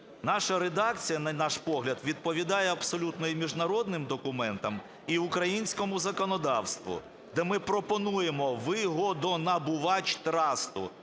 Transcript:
Наша редакція, на наш погляд, відповідає абсолютно і міжнародним документам, і українському законодавству, де ми пропонуємо: "вигодонабувач трасту"